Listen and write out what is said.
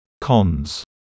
Cons